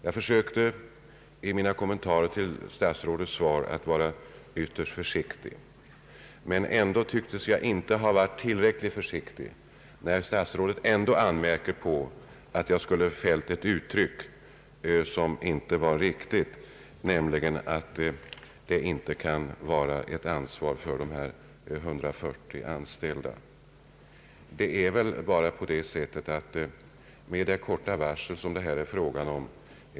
Jag försökte i mina kommentarer till statsrådets svar att vara ytterst försiktig. Ändå tycks jag inte ha varit tillräckligt försiktig, eftersom statsrådet anmärker på att jag skulle ha fällt ett omdöme som inte var riktigt, nämligen att staten inte visar tillräckligt ansvar för de 140 friställda. Vad jag menade var att det hade varit önskvärt med en annan ordning och en bättre information.